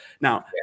Now